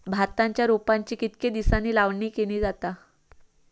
भाताच्या रोपांची कितके दिसांनी लावणी केली जाता?